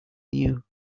new